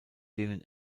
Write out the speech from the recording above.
denen